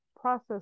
process